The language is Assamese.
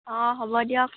অঁ হ'ব দিয়ক